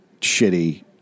shitty